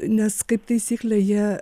nes kaip taisyklė jie